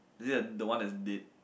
is it the one that he did